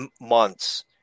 months